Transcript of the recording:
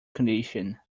condition